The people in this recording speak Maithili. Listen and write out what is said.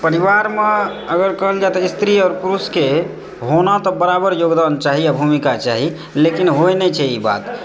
परिवारमे अगर कहल जाय तऽ स्त्री आओर पुरुषके होना तऽ बराबर योगदान चाही भूमिका चाही लेकिन होइ नहि छै ई बात